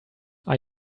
are